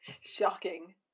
Shocking